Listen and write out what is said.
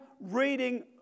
reading